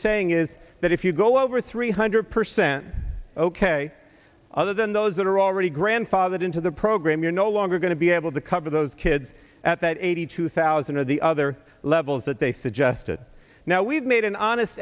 saying is that if you go over three hundred percent ok other than those that are already grandfathered into the program you're no longer going to be able to cover those kids at that eighty two thousand or the other levels that they suggested now we've made an honest